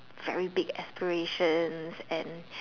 very big aspirations and